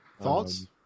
Thoughts